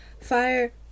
Fire